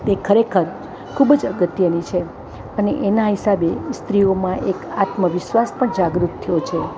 તે ખરેખર ખૂબ જ અગત્યની છે અને એના હિસાબે સ્ત્રીઓમાં એક આત્મવિશ્વાસ પણ જાગૃત થયો છે